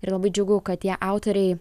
ir labai džiugu kad tie autoriai